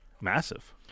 massive